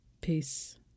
Peace